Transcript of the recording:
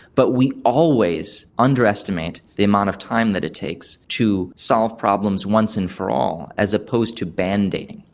but we always underestimate the amount of time that it takes to solve problems once and for all as opposed to bandaiding.